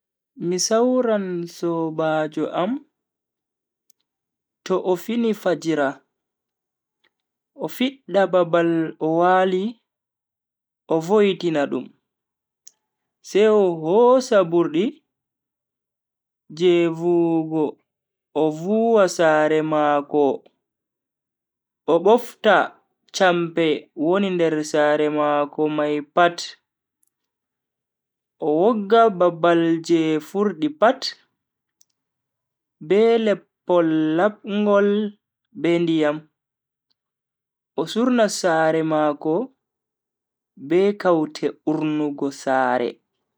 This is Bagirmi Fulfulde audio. Mi sawran sobajo am to o fini fajjira o fidda babal o wali o vo'itina dum, sai o hosa burdi je vuwugo o vuwa sare mako o bofta champe woni nder sare mako mai pat, o wogga babal je furdi pat be leppol lapngol be ndiyam, o surna sare mako be kaute urnugo sare.